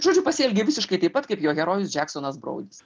žodžiu pasielgė visiškai taip pat kaip jo herojus džeksonas broudis